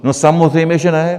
No samozřejmě že ne.